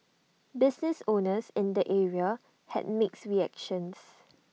business owners in the area had mixed reactions